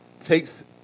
takes